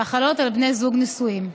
החלות על בני זוג נשואים.